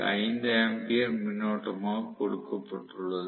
5 ampere மின்னோட்டமாக கொடுக்கப்பட்டுள்ளது